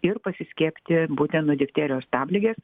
ir pasiskiepyti būtent nuo difterijos stabligės